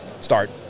start